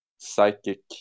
Psychic